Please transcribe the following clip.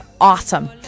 awesome